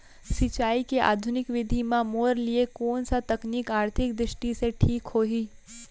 सिंचाई के आधुनिक विधि म मोर लिए कोन स तकनीक आर्थिक दृष्टि से ठीक होही?